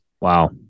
Wow